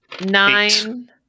Nine